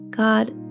God